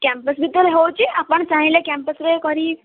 campus ଭିତରେ ହେଉଛି ଆପଣ ଚାହିଁଲେ କ୍ୟାମ୍ପସରେ କରି